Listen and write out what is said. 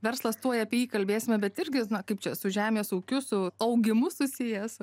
verslas tuoj apie jį kalbėsime bet irgi na kaip čia su žemės ūkiu su augimu susijęs